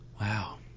Wow